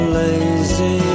lazy